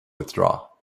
withdraw